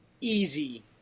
easy